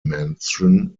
mansion